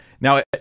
Now